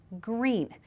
green